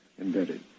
invented